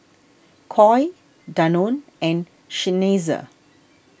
Koi Danone and Seinheiser